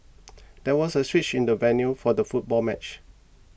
there was a switch in the venue for the football match